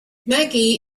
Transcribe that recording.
maggie